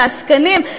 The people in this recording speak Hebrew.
לעסקנים,